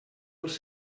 els